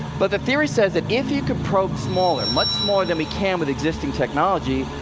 but the theory says that if you could probe smaller, much smaller than we can with existing technology,